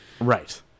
Right